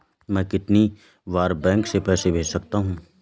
मैं कितनी बार बैंक से पैसे भेज सकता हूँ?